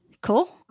Cool